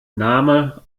name